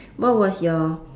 what was your